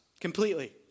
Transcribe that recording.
completely